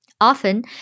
Often